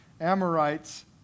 Amorites